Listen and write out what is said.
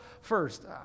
first